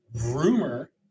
Rumor